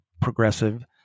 progressive